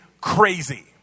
crazy